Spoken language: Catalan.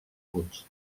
punts